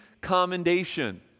commendation